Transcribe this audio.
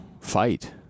fight